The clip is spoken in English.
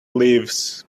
leaves